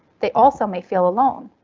they also may feel alone.